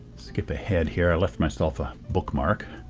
skip ahead here i left myself ah a bookmark.